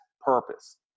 purpose